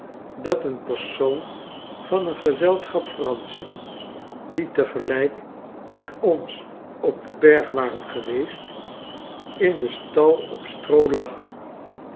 dat eenpersoon van eengezelschap franschen die tegelijk met ons op den berg waren geweest in den stal op stroo lag